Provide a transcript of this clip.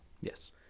Yes